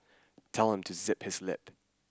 tell him to zip his lip